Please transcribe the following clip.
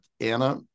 Anna